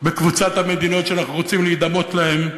בקבוצת המדינות שאנחנו רוצים להידמות להן,